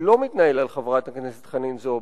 לא מתנהל על חברת הכנסת חנין זועבי.